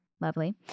Lovely